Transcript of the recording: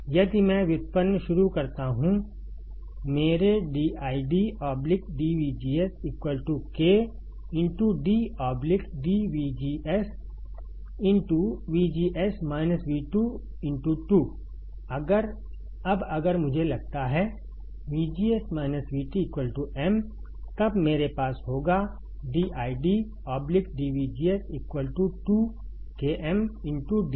इसलिए यदि मैं व्युत्पन्न शुरू करता हूं मेरे dID dVGS K d dVGS 2 अब अगर मुझे लगता है VGS VT M तब मेरे पास होगा dID dVGS 2 KM dm dVGS